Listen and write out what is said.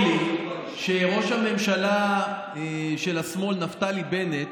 לי שראש הממשלה של השמאל נפתלי בנט